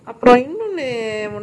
I think you need to keep calling it just